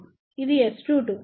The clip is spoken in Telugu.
ఇది S22